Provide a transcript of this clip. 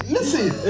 Listen